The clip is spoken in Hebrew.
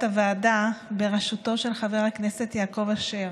הוועדה בראשותו של חבר הכנסת יעקב אשר.